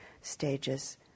stages